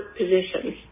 positions